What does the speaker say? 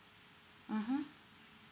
mmhmm